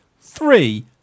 Three